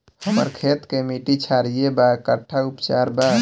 हमर खेत के मिट्टी क्षारीय बा कट्ठा उपचार बा?